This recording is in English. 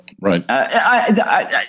Right